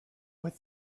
but